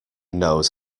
knows